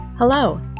Hello